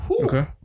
Okay